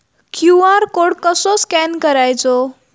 QR code कसो scan करायचो?